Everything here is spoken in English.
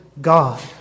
God